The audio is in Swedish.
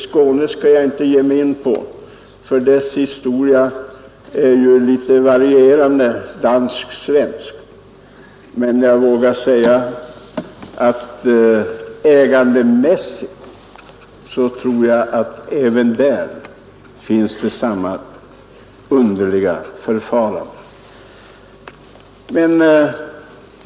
Skåne skall jag inte ge mig in på, för dess historia är ju litet varierad dansk-svensk. Men jag vågar säga att äganderätten även där har undergått samma underliga utveckling.